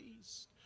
East